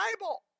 Bible